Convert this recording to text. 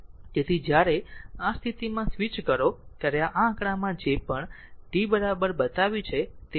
તેથી જ્યારે આ સ્થિતિમાં સ્વિચ કરો ત્યારે આ આંકડામાં જે પણ t બતાવ્યું છે તે છે